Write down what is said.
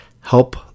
Help